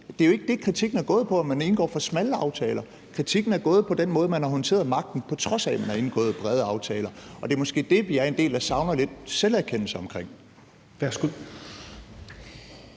Det er jo ikke det, kritikken er gået på, altså at man indgår for smalle aftaler. Kritikken er gået på den måde, man har håndteret magten på, på trods af at man har indgået brede aftaler, og det er måske det, vi er en del der savner lidt selverkendelse omkring.